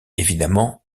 évidemment